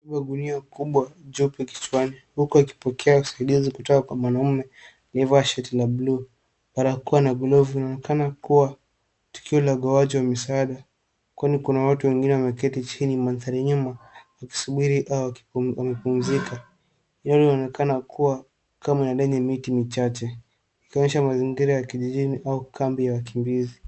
Amebeba gunia kubwa jopo kichwani huku akipokea usaidizi kutoka kwa mwanaume aliye vaa shati la bluu , barakoa na glovu, inaonekana kuwa tukio la ugawiji wa misaada kwani kuna watu wengine wameketi chini mandhari nyuma wakisubiri au wamepumzika . Hii eneo ina onekana kuwa kama lenye miti michache ikionyesha mazingira ya kijijini au kambi ya wakimbizi.